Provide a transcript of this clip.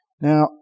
Now